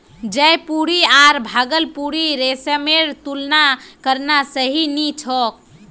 जयपुरी आर भागलपुरी रेशमेर तुलना करना सही नी छोक